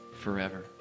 forever